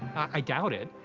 i doubt it.